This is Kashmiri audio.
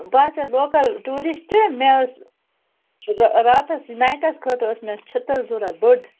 بہٕ حظ چھَس لوکَل ٹوٗرِسٹہٕ مےٚ ٲسۍ راتَس نایٹَس خٲطرٕ ٲس مےٚ چھتٕر ضروٗرت بٔڈ